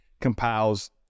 compiles